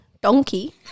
Donkey